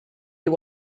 you